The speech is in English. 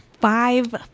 Five